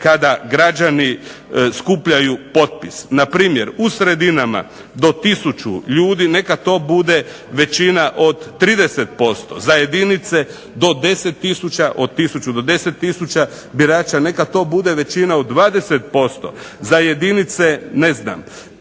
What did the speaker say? kada građani skupljaju potpis. Npr. u sredinama do 1000 ljudi neka to bude većina od 30%, za jedinice do 10000, od 1000 do 10000 birača neka to bude većina od 20%, za jedinice do